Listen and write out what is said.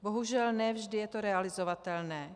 Bohužel ne vždy je to realizovatelné.